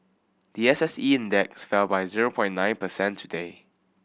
the S S E Index fell by zero point nine percent today